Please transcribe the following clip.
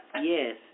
Yes